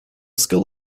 skill